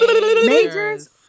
Majors